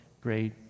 great